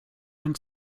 ein